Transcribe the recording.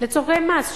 לצורכי מס,